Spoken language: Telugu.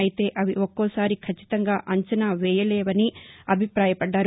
అయితే అవి ఒక్కోసారి ఖచ్చితంగా అంచనా వేయలేవని అభిపాయపడ్దారు